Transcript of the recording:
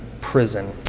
prison